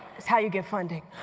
how you get funding.